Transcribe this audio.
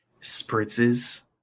spritzes